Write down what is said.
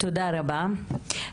תודה רבה.